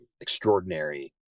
extraordinary